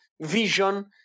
vision